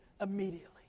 immediately